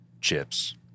Chips